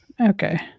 Okay